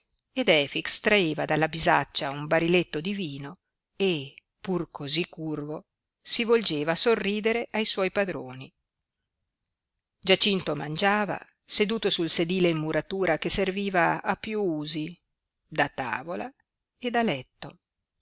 ed efix traeva dalla bisaccia un bariletto di vino e pur cosí curvo si volgeva a sorridere ai suoi padroni giacinto mangiava seduto sul sedile in muratura che serviva a piú usi da tavola e da letto